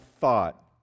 thought